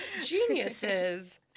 Geniuses